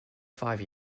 five